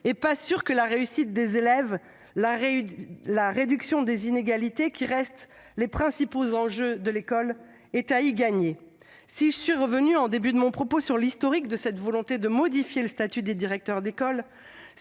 n'est pas certain que la réussite des élèves et la réduction des inégalités, qui restent les principaux enjeux de l'école, aient à y gagner. Si je suis revenue, au début de mon propos, sur l'histoire de cette volonté de modifier le statut des directeurs d'école,